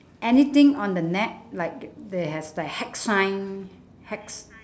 anything on the net like t~ they has the hex sign hex